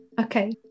okay